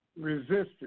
resistance